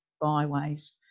byways